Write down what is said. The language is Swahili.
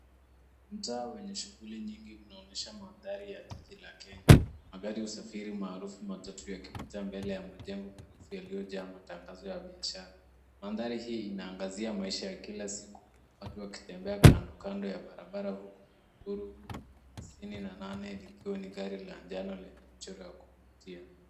Mtaa wenye shuguli nyingi unaonyesha mandhari ya jiji la Kenya. Magari ya usafiri maarufu matatu yakipita mbele ya majengo marefu yaliyojaa matangazo ya biashara. Mandhari hii inaangazia maisha ya kila siku watu wakitembea kandokando ya barabara huku Buruburu 58 likiwa ni gari likiwa ni gari la njano lenye mchoro wa kuvutia.